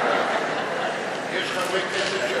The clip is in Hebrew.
יש חברי כנסת,